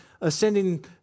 ascending